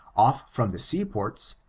off from the seaports,